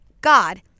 God